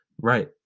Right